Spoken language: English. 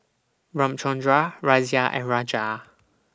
Ramchundra Razia and Raja